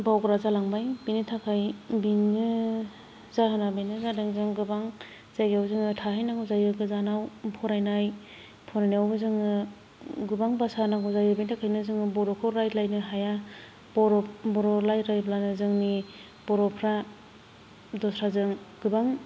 बावग्रा जालांबाय बिनि थाखाय बेनो जाहोना बेनो जादों जों गोबान जायगायाव जोंङो थाहै नांगौ जायो गोजानाव फरायनाय फरायनायावबो जोंङो गोबां भासा होननांगौ जायो बेनि थाखायनो जोंङो बर'खौ रायलायनो हाया बर' बर' रायलायब्लानो जोंनि बर'फ्रा दस्राजों गोबां